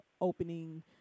opening